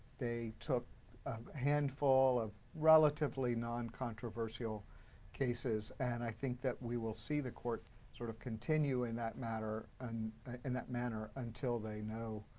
they took a handful of relatively noncontroversial cases, and i think that we will see the court sort of continuing that matter, and in that manner until they know